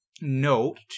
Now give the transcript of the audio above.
note